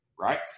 Right